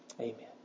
Amen